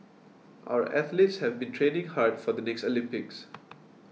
our athletes have been training hard for the next Olympics